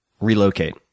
relocate